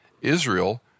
Israel